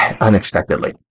unexpectedly